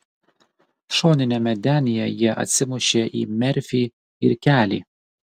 šoniniame denyje jie atsimušė į merfį ir kelį